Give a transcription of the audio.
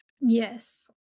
Yes